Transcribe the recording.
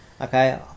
Okay